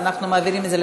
יש עוד מישהו?